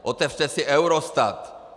Otevřete si Eurostat!